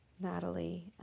Natalie